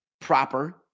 proper